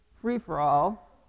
free-for-all